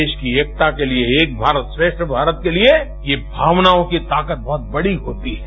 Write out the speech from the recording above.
देश की एकता के लिए एक भारत श्रेष्ठ भारत के लिए ये भावनाओं की ताकत बहुत बड़ी होती है